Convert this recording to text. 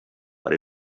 but